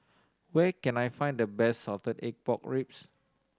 where can I find the best salted egg pork ribs